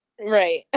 Right